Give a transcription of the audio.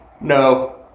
No